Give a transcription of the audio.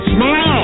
Smile